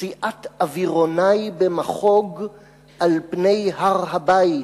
סיעת-אווירונַי במחוג/ על פני הר הבית